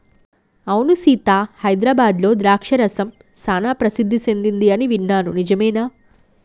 అవును సీత హైదరాబాద్లో ద్రాక్ష రసం సానా ప్రసిద్ధి సెదింది అని విన్నాను నిజమేనా